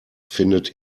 findet